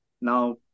now